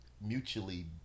mutually